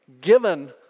given